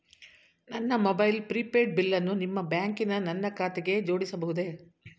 ನನ್ನ mobile prepaid ಬಿಲ್ಲನ್ನು ನಿಮ್ಮ ಬ್ಯಾಂಕಿನ ನನ್ನ ಖಾತೆಗೆ ಜೋಡಿಸಬಹುದೇ?